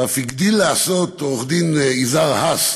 ואף הגדיל לעשות עורך-דין יזהר הס,